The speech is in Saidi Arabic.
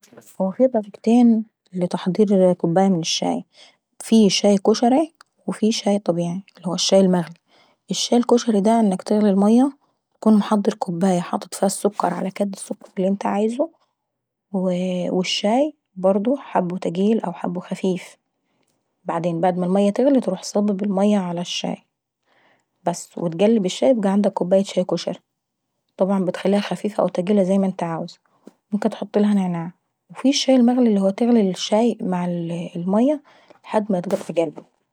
هو في طريقتين لتحضير كوباية من الشاي: في شاي كوشراي وفي شاي طبيعاي اللي هو الشاي المغلايي. الشاي الكشراي دا انك تغلي المية وتكون محضر كوباية فيها السكر على كدا السكر اللي انت عايزه، الشاي برضو حابه تقيل او حابه خفيف، بعدين بعد ما المية تغلي تروح صابب المية عى الشاي. بس وتقلب الشاي يبقى عندك شاي كشري، وطبعا بتخليها خفيفة او تقيلة زي ما انت عاوزه. ممكن تحطلها نعناع. وفي الشاي المغلي اللي هو تغلي الشاي مع المية لحد ما يتقطع قلبه.